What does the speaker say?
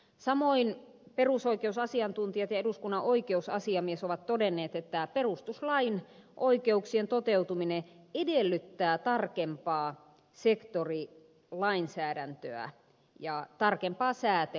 samoin perusoikeusasiantuntijat ja eduskunnan oikeusasiamies ovat todenneet että perustuslain oikeuk sien toteutuminen edellyttää tarkempaa sektorilainsäädäntöä ja tarkempaa säätelyä